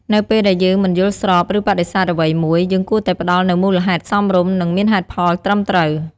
នៅពេលដែលយើងមិនយល់ស្រប ឬបដិសេធអ្វីមួយ យើងគួរតែផ្តល់នូវមូលហេតុសមរម្យ និងមានហេតុផលត្រឹមត្រូវ។